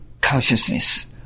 consciousness